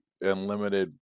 unlimited